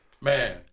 Man